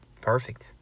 Perfect